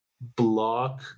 block